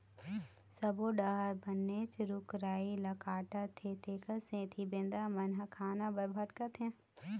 सब्बो डहर बनेच रूख राई ल काटत हे तेखर सेती बेंदरा मन ह खाना बर भटकत हे